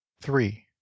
Three